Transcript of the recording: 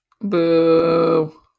Boo